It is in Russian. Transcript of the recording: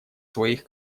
своих